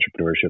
entrepreneurship